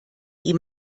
die